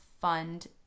fund